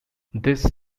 this